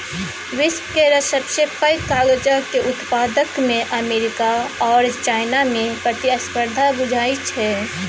विश्व केर सबसे पैघ कागजक उत्पादकमे अमेरिका आओर चाइनामे प्रतिस्पर्धा बुझाइ छै